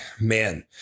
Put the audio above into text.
man